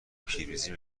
پیروزی